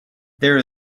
there